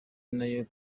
nayo